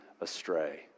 astray